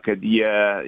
kad jie